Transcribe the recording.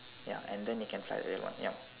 ya and then you can fly the real one ya